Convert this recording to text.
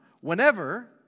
whenever